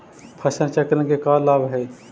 फसल चक्रण के का लाभ हई?